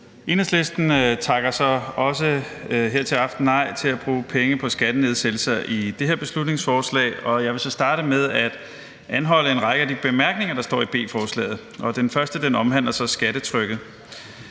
Enhedslisten takker så også her til aften nej til at bruge penge på skattenedsættelser i det her beslutningsforslag. Jeg vil så starte med at anholde en række af de bemærkninger, der står i B-forslaget. Den første omhandler så skattetrykket.